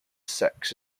sex